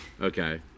Okay